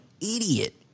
idiot